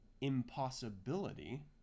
impossibility